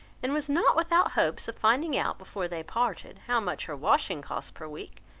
and was not without hopes of finding out before they parted, how much her washing cost per week,